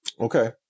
Okay